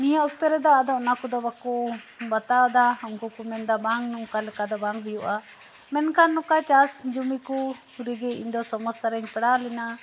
ᱱᱤᱭᱟᱹ ᱚᱠᱛᱚ ᱨᱮᱫᱚ ᱟᱫᱚ ᱚᱱᱟ ᱠᱚᱫᱚ ᱵᱟᱠᱩ ᱵᱟᱛᱟᱣ ᱮᱫᱟ ᱩᱱᱠᱩ ᱠᱚ ᱢᱮᱱᱮᱫᱟ ᱵᱟᱝ ᱱᱚᱝᱠᱟ ᱞᱮᱠᱟ ᱫᱚ ᱵᱟᱝ ᱦᱩᱭᱩᱜᱼᱟ ᱢᱮᱱᱠᱷᱟᱱ ᱱᱚᱠᱟ ᱪᱟᱥ ᱡᱩᱢᱤ ᱠᱩ ᱟᱹᱰᱤ ᱜᱮ ᱤᱧᱫᱚ ᱥᱚᱢᱚᱥᱟᱨᱮᱧ ᱯᱟᱲᱟᱣ ᱞᱮᱱᱟ